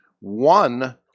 one